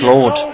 Lord